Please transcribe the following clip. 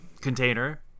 container